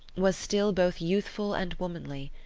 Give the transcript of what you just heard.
was still both youthful and womanly.